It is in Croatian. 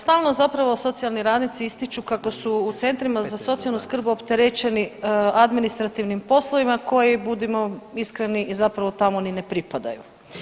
Stalno zapravo socijalni radnici ističu kako su u centrima za socijalnu skrb opterećeni administrativnim poslovima koji budimo iskreni i zapravo tamo ni ne pripadaju.